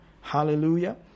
Hallelujah